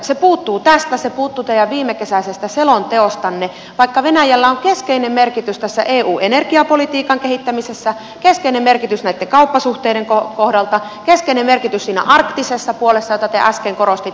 se puuttuu tästä se puuttui teidän viimekesäisestä selonteostanne vaikka venäjällä on keskeinen merkitys tässä eu energiapolitiikan kehittämisessä keskeinen merkitys näitten kauppasuhteiden kohdalta keskeinen merkitys siinä arktisessa puolessa jota te äsken korostitte